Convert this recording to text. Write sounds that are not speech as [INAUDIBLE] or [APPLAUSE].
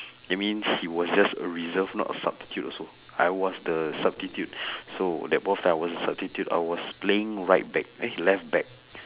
that means he was just a reserve not a substitute also I was the substitute [BREATH] so that point of time I was a substitute I was playing right back eh left back